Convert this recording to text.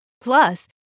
Plus